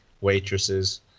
waitresses